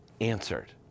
answered